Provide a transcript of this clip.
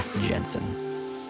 jensen